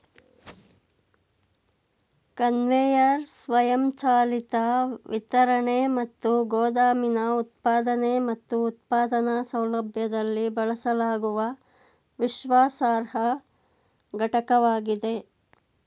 conveyor ಸ್ವಯಂಚಾಲಿತ ವಿತರಣೆ ಮತ್ತು ಗೋದಾಮಿನ ಉತ್ಪಾದನೆ ಮತ್ತು ಉತ್ಪಾದನಾ ಸೌಲಭ್ಯದಲ್ಲಿ ಬಳಸಲಾಗುವ ವಿಶ್ವಾಸಾರ್ಹ ಘಟಕವಾಗಿದೆ